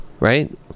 Right